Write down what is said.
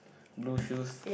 blue shoes